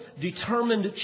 determined